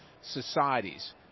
societies